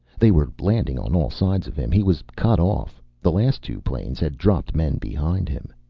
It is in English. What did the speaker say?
they were landing on all sides of him. he was cut off. the last two planes had dropped men behind him.